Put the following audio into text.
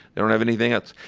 they don't have anything else.